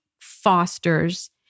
fosters